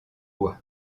bois